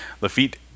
Lafitte